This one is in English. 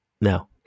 no